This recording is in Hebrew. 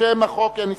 לשם החוק אין הסתייגות.